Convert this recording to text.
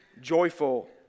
joyful